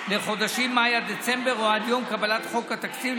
לחודשים מאי עד דצמבר או עד יום קבלת חוק התקציב,